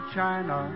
China